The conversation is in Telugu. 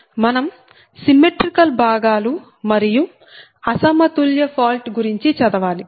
మనం సిమ్మెట్రీకల్ భాగాలు మరియు అసమతుల్య ఫాల్ట్ గురించి చదవాలి